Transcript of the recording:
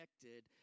connected